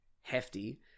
hefty